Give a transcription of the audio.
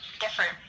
different